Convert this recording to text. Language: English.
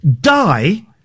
die